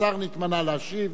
השר נתמנה להשיב,